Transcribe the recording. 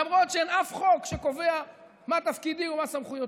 למרות שאין אף חוק שקובע מה תפקידי ומה סמכויותיי.